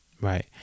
Right